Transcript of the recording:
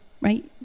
right